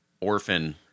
orphan